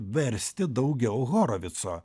versti daugiau horovico